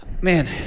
Man